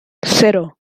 cero